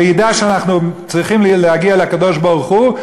וידע שאנחנו צריכים להגיע לקדוש-ברוך-הוא,